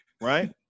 Right